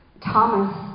Thomas